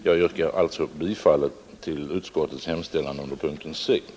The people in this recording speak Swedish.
Jag yrkar alltså bifall till utskottets hemställan under punkten C.